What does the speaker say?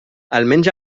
almenys